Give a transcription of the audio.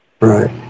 Right